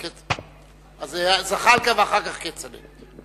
זחאלקה ואחר כך, כצל'ה.